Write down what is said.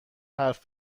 حرفی